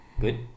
Good